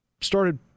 started